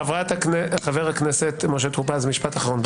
חבר הכנסת משה טור פז, משפט אחרון.